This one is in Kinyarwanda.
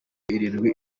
irindwi